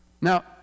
Now